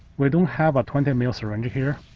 we don't have a twenty mill syringe here,